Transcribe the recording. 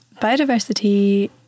biodiversity